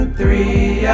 three